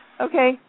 Okay